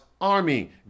army